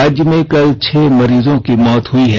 राज्य में कल छह मरीजो की मौत हुई है